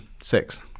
six